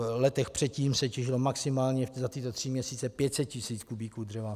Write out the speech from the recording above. V letech předtím se těžilo maximálně za tyto tři měsíce 500 tisíc kubíků dřeva.